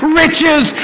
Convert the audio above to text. riches